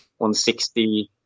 160